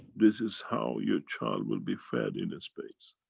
this is how your child will be fed in the space.